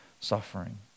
suffering